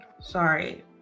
Sorry